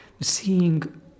seeing